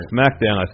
SmackDown